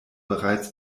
bereits